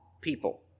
people